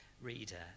reader